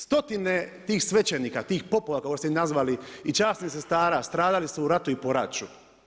Stotine tih svećenika, tih popova kako ste ih nazvali i časnih sestara stradali su u radu i poraću.